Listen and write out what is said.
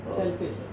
selfish